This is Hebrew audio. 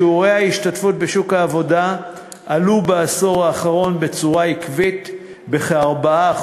שיעורי ההשתתפות בשוק העבודה עלו בעשור האחרון בצורה עקבית בכ-4%,